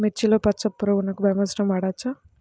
మిర్చిలో పచ్చ పురుగునకు బ్రహ్మాస్త్రం వాడవచ్చా?